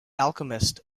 alchemist